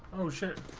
ocean